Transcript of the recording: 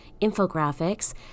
infographics